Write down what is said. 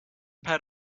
pad